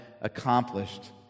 accomplished